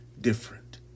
different